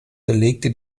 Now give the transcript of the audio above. belegte